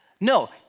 No